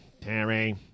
Terry